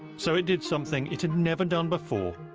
so it did something it had never done before